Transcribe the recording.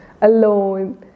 alone